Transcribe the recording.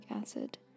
acid